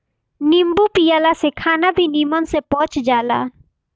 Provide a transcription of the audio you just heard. नींबू पियला से खाना भी निमन से पच जाला